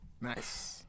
nice